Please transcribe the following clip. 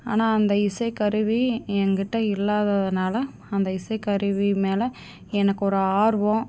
ஆனால் அந்த இசைக்கருவி என்கிட்ட இல்லாததனால அந்த இசைக்கருவி மேலே எனக்கு ஒரு ஆர்வம்